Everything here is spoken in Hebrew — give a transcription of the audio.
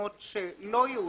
שהתקנות שלא יאושרו,